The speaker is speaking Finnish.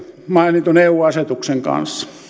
mainitun eu asetuksen kanssa